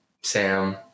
Sam